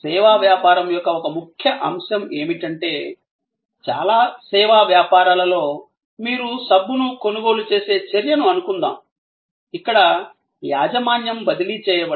సేవా వ్యాపారం యొక్క ఒక ముఖ్య అంశం ఏమిటంటే చాలా సేవా వ్యాపారాలలో మీరు సబ్బును కొనుగోలు చేసే చర్యను అనుకుందాం ఇక్కడ యాజమాన్యం బదిలీ చేయబడదు